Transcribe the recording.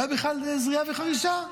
לא היו בכלל זריעה וחרישה.